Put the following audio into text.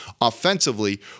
offensively